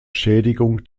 schädigung